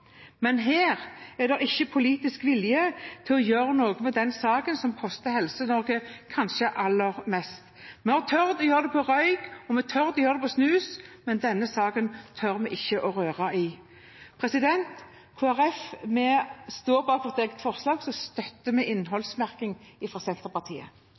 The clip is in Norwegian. men det er ikke politisk vilje til å gjøre noe med den saken som koster Helse-Norge kanskje aller mest. Vi har tort å gjøre det når det gjelder sigaretter, og vi har tort å gjøre det når det gjelder snus, men denne saken tør vi ikke røre. Jeg fremmer de forslagene Kristelig Folkeparti har sammen med